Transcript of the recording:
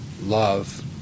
love